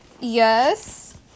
Yes